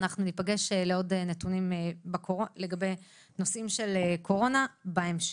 אנחנו ניפגש לעוד נתונים לגבי נושאים של קורונה בהמשך.